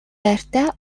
байртай